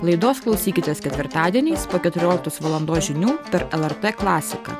laidos klausykitės ketvirtadieniais po keturioliktos valandos žinių per lrt klasiką